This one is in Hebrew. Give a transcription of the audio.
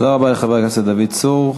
תודה רבה לחבר הכנסת דוד צור.